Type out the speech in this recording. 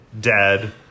dead